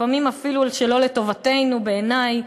לפעמים אפילו שלא לטובתנו בעיני,